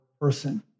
person